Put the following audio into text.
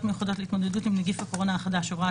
מיוחדות להתמודדות עם נגיף הקורונה החדש (הוראת